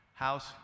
House